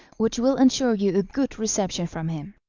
which will ensure you a good reception from him.